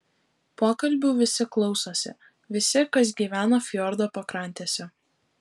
pokalbių visi klausosi visi kas gyvena fjordo pakrantėse